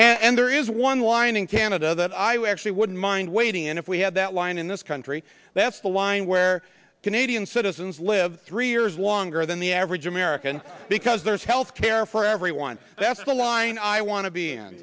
also and there is one line in canada that i actually wouldn't mind waiting in if we had that line in this country that's the line where canadian citizens live three years longer than the average american because there's health care for everyone that's the line i want to be in